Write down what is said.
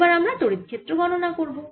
এবার আমরা তড়িৎ ক্ষেত্র E গণনা করব